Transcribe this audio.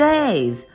Days